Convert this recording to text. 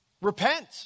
Repent